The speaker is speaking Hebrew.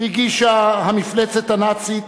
הגישה המפלצת הנאצית,